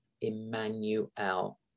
Emmanuel